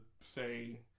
say